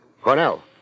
Cornell